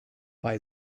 bei